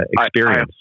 experience